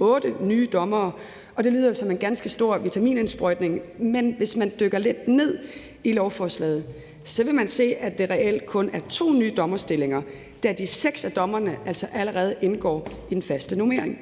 otte nye dommere, og det lyder jo som en ganske stor vitaminindsprøjtning. Men hvis man dykker lidt ned i lovforslaget, vil man se, at det reelt kun er to nye dommerstillinger, da de seks af dommerne altså allerede indgår i den faste normering.